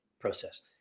process